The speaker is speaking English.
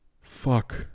Fuck